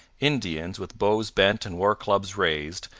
indians, with bows bent and war-clubs raised,